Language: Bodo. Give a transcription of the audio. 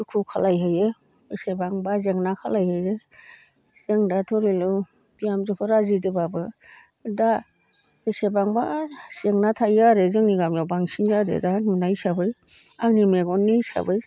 दुखु खालामहैयो बेसेबांबा जेंना खालामहैयो जों दा धरिल' बिहामजोफोर आरजिदोंबाबो दा बेसेबांबा जेंना थायो आरो जोंनि गामियाव बांसिन आरो दा नुनाय हिसाबै आंनि मेगननि हिसाबै